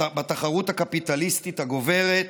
בתחרות הקפיטליסטית הגוברת,